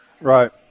Right